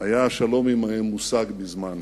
היה השלום עמהם מושג מזמן.